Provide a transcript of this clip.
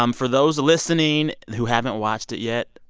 um for those listening who haven't watched it yet,